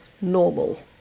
normal